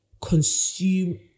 consume